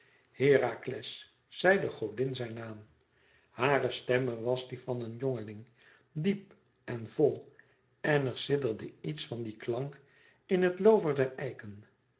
herakles zei de godin zijn naam hare stem was die van een jongeling diep en vol en er sidderde iets van dien klank in het loover der